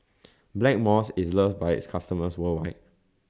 Blackmores IS loves By its customers worldwide